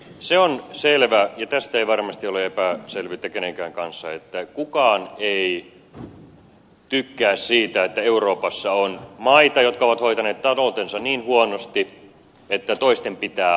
se on selvä ja tästä ei varmasti ole epäselvyyttä kenenkään kanssa että kukaan ei tykkää siitä että euroopassa on maita jotka ovat hoitaneet taloutensa niin huonosti että toisten pitää auttaa